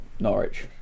Norwich